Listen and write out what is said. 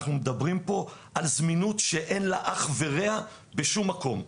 אנחנו מדברים פה על זמינות שאין לה אח ורע בשום מקום,